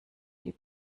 die